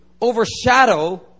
overshadow